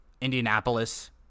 Indianapolis